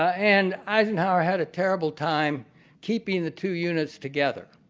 and eisenhower had a terrible time keeping the two units together.